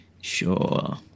Sure